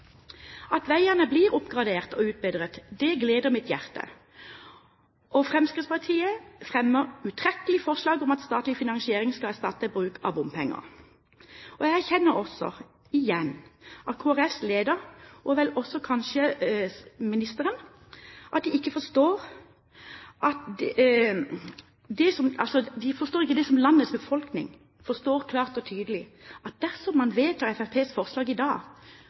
At veiene blir oppgradert og utbedret, det gleder mitt hjerte. Og Fremskrittspartiet fremmer utrettelig forslag om at statlig finansiering skal erstatte bruk av bompenger. Jeg erkjenner også igjen at Kristelig Folkepartis leder, og vel kanskje også ministeren, ikke forstår det som landets befolkning forstår klart og tydelig, at dersom man vedtar Fremskrittspartiets forslag i dag,